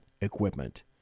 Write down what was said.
equipment